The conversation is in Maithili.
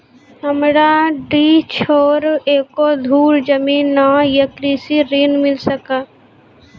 हमरा डीह छोर एको धुर जमीन न या कृषि ऋण मिल सकत?